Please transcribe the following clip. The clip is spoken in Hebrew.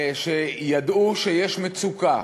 שידעו שיש מצוקה,